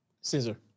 Scissor